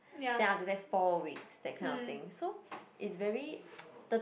then after that four weeks that kind of things so it's very the